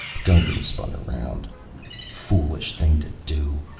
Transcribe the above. duncan spun around foolish thing to do,